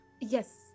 yes